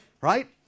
right